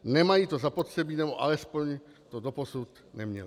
Nemají to zapotřebí, nebo alespoň to doposud neměli.